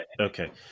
Okay